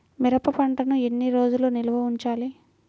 మిరప పంటను ఎన్ని రోజులు నిల్వ ఉంచాలి?